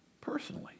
personally